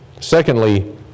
Secondly